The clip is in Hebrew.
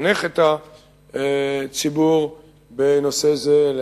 לחנך את הציבור בנושא זה,